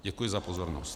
Děkuji za pozornost.